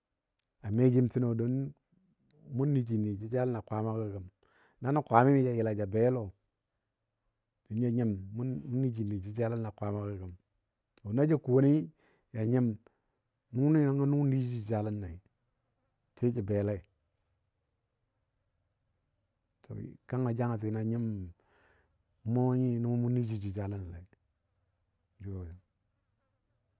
A me jim təno don nəji nə jəjalən a kwamagɔ gəm. Na nən kwami ja yəla ja be lɔ. ja nyim mu nəji nə jəjalən a kwamagɔ na koni ja nyim nʊni nəngɔ nʊ nəji jəjalənlei sai jə bele kanga jangatinɔ nyim mu nyi nəmo mu nəji jəjalanlei jo